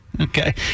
Okay